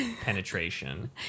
penetration